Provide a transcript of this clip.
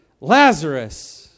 Lazarus